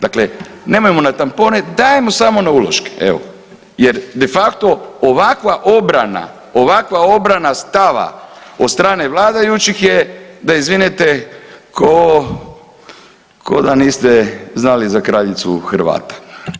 Dakle, nemojmo na tampone dajmo samo na uloške, evo jer de facto ovakva obrana, ovakva obrana stava od strane vladajućih je da izvinete ko, ko da niste znali za kraljicu Hrvata.